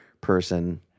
person